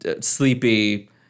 sleepy